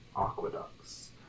aqueducts